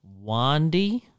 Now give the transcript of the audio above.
Wandy